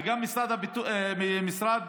גם המשרד